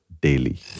daily